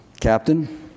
Captain